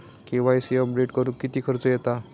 KYC update करुक किती खर्च येता?